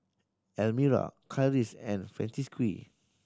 Elmyra Karis and Francisqui